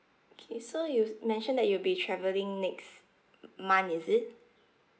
okay so you mentioned that you'll be travelling next month is it